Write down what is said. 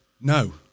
No